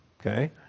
Okay